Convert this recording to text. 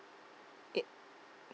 it